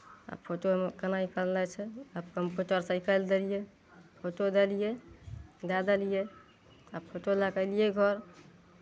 आ फोटोमे केना निकलनाइ छै तऽ कम्प्यूटरसँ निकालि देलियै फोटो देलियै दए देलियै आ फोटो लऽ कऽ एलियै घर